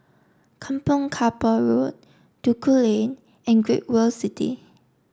Kampong Kapor Road Duku Lane and Great World City